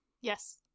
Yes